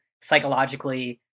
psychologically